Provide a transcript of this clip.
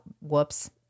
whoops